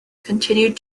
continued